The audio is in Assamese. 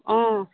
অঁ